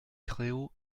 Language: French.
créault